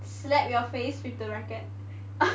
slap your face with the racket